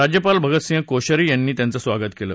राज्यपाल भगतसिंह कोश्यारी यांनी त्यांचं स्वागत केलं